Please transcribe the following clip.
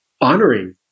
honoring